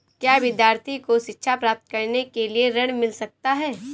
क्या विद्यार्थी को शिक्षा प्राप्त करने के लिए ऋण मिल सकता है?